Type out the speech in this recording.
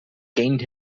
gained